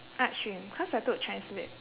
arts stream cause I took chinese lit